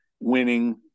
winning